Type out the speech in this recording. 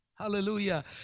Hallelujah